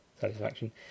satisfaction